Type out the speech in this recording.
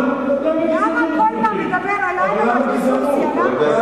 למה כל פעם לדבר עלי, למה?